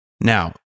Now